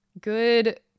Good